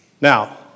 Now